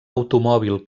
automòbil